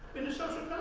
in a social